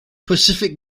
pacific